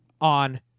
on